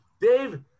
Dave